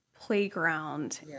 playground